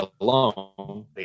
alone